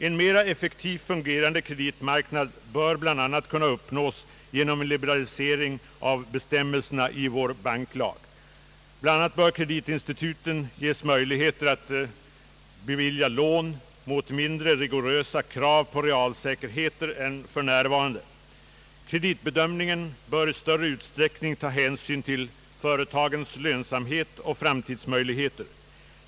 En mera effektivt fungerande kreditmarknad bör kunna uppnås genom en liberalisering av bestämmelserna i vår banklag. Bl. a. bör kreditinstituten ges möjligheter att bevilja lån med mindre stränga krav på realsäkerheter än för närvarande. Kreditbedömningen bör i större utsträckning ta hänsyn till företagens lönsamhet och framtidsmöjligheter.